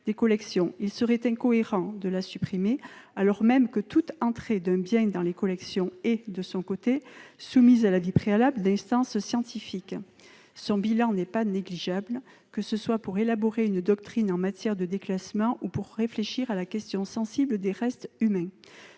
Il serait incohérent de la supprimer, alors même que toute entrée d'un bien dans les collections est, de son côté, soumise à l'avis préalable d'instances scientifiques. Le bilan de cette commission n'est pas négligeable, qu'il s'agisse de l'élaboration d'une doctrine en matière de déclassement ou de la réflexion sur la question sensible des restes humains.